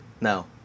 No